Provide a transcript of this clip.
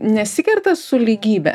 nesikerta su lygybe